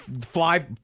fly